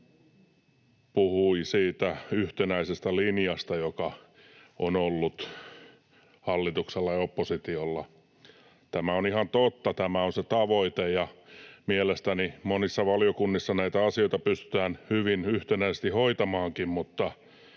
puhui siitä yhtenäisestä linjasta, joka on ollut hallituksella ja oppositiolla. Tämä on ihan totta, tämä on se tavoite, ja mielestäni monissa valiokunnissa näitä asioita pystytään hyvin yhtenäisesti hoitamaankin,